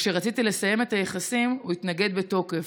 וכשרציתי לסיים את היחסים הוא התנגד בתוקף.